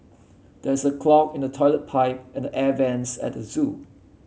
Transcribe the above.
there's a clog in the toilet pipe and the air bents at the zoo